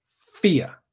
Fear